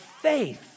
faith